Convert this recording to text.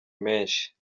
menshi